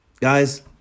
Guys